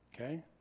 okay